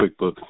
QuickBooks